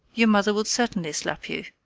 your mother will certainly slap you,